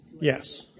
Yes